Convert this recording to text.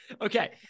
Okay